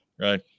Right